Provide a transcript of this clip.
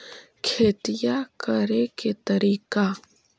खेतिया करेके के तारिका?